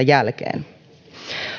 jälkeen